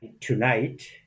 Tonight